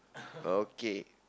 okay